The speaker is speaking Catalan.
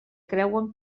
creuen